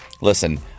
listen